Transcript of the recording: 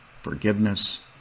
forgiveness